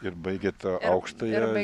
ir baigė tą aukštąją